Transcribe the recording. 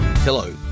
Hello